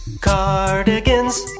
Cardigans